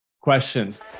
questions